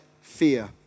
fear